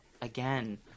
Again